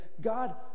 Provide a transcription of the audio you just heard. God